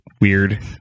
weird